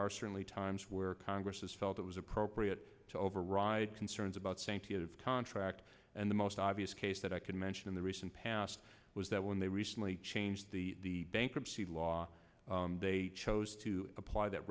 are certainly times where congress has felt it was appropriate to override concerns about sanctity of contract and the most obvious case that i could mention in the recent past was that when they recently changed the bankruptcy law they chose to apply that